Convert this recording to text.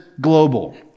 global